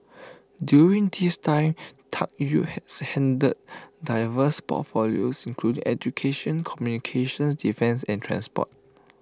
during this time Tuck Yew has handled diverse portfolios include education communications defence and transport